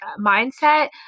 mindset